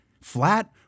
Flat